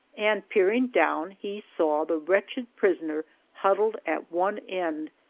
and peering down he saw the wretched prisoner huddled at one end,